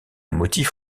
motif